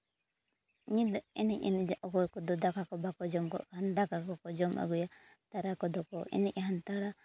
ᱮᱱᱮᱡ ᱮᱱᱮᱡ ᱚᱠᱚᱭ ᱠᱚᱫᱚ ᱫᱟᱠᱟ ᱠᱚ ᱵᱟᱠᱚ ᱡᱚᱢ ᱠᱟᱜ ᱠᱷᱟᱱ ᱫᱟᱠᱟ ᱠᱚᱠᱚ ᱡᱚᱢ ᱟᱹᱜᱩᱭᱟ ᱛᱟᱨᱟ ᱠᱚᱫᱚ ᱠᱚ ᱮᱱᱮᱡ ᱦᱟᱛᱟᱲᱟ